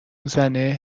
زنه